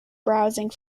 browsing